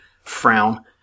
frown